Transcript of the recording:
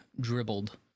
dribbled